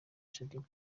shaddyboo